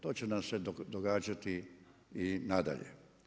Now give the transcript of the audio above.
To će nam se događati i nadalje.